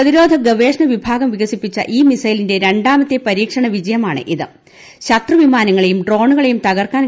പ്രതിരോധ ഗവേഷണ വിഭാഗം വികസിപ്പിച്ച ഈ മിസൈലിന്റെ രണ്ടാമത്തെ പരീക്ഷണ വിജയമാണ് ശത്രു വിമാനങ്ങളെയും ഡ്രോണുകളെയും തകർക്കാൻ ഇത്